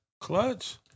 clutch